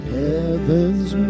heaven's